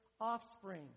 offspring